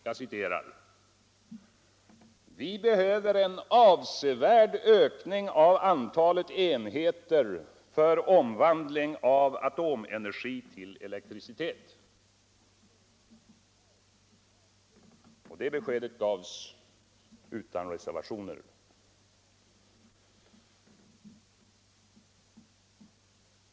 Jag citerar: ”Vi behöver en avsevärd ökning av antalet enheter för omvandling av atomenergi till elektricitet.” Det beskedet gavs utan reservationer.